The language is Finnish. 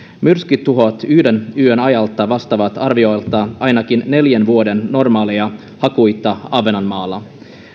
myrskytuhot yhden yön ajalta vastaavat arviolta ainakin neljän vuoden normaaleja hakkuita ahvenanmaalla